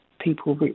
people